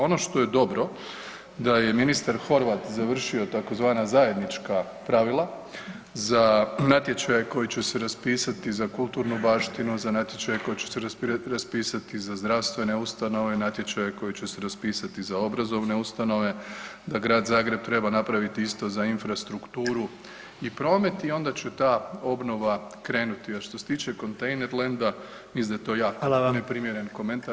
Ono što je dobro da je ministar Horvat završio tzv. zajednička pravila za natječaj koji će se raspisati za kulturnu baštinu, za natječaj koji će se raspisati za zdravstvene ustanove, natječaj koji će se raspisati za obrazovne ustanove, da Grad Zagreb treba napraviti isto za infrastrukturu i promet i onda će ta obnova krenuti, a što se tiče kontejnerlenda mislim da je to jako neprimjeren komentar.